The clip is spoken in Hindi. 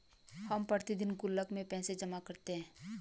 हम प्रतिदिन गुल्लक में पैसे जमा करते है